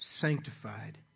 sanctified